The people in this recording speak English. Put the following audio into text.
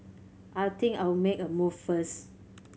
I think I'll make a move first